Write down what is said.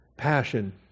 passion